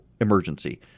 emergency